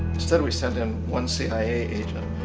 instead we sent in one cia agent,